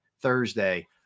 thursday